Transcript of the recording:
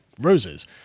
roses